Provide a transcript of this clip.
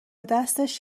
دستش